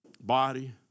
body